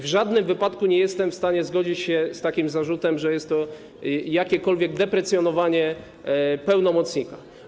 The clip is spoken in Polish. W żadnym wypadku nie jestem w stanie zgodzić się z zarzutem, że jest to jakiekolwiek deprecjonowanie pełnomocnika.